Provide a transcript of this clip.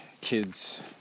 kids